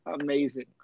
amazing